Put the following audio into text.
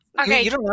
Okay